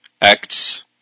Acts